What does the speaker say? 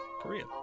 Korea